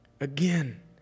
Again